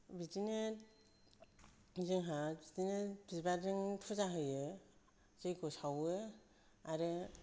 बिदिनो जोंहा बिदिनो बिबारजों फुजा होयो जैग्य' सावो आरो